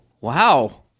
wow